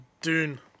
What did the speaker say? Dune